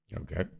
Okay